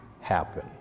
happen